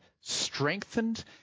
strengthened